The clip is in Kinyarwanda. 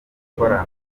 gukorana